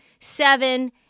seven